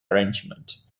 arrangement